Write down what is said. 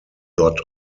dot